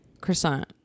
Croissant